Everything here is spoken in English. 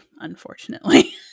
unfortunately